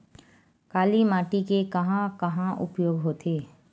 काली माटी के कहां कहा उपयोग होथे?